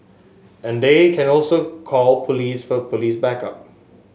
and they can also call police for police backup